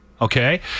Okay